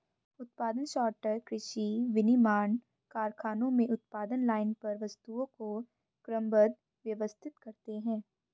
उत्पादन सॉर्टर कृषि, विनिर्माण कारखानों में उत्पादन लाइन पर वस्तुओं को क्रमबद्ध, व्यवस्थित करते हैं